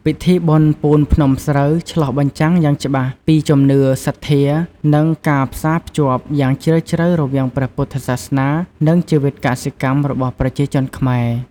ពិធីបុណ្យពូនភ្នំស្រូវ ឆ្លុះបញ្ចាំងយ៉ាងច្បាស់ពីជំនឿ សទ្ធា និងការផ្សារភ្ជាប់យ៉ាងជ្រាលជ្រៅរវាងព្រះពុទ្ធសាសនា និងជីវិតកសិកម្មរបស់ប្រជាជនខ្មែរ។